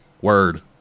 Word